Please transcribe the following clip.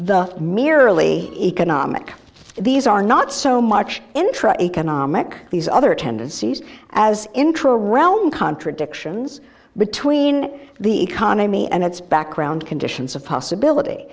the merely economic these are not so much interest economic these other tendencies as intra realm contradictions between the economy and its background conditions of possibility